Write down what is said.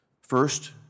First